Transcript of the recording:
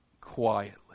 quietly